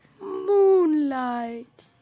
Moonlight